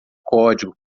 código